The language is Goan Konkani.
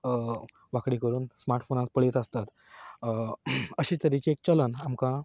वाकडी करून स्मार्ट फोनांत पळयत आसतात अशे तरेचें एक चलन आमकां